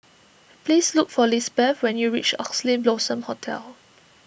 please look for Lizbeth when you reach Oxley Blossom Hotel